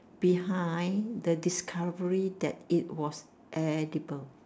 behind the discovery that it was edible